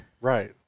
Right